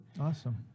Awesome